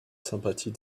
sympathie